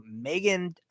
Megan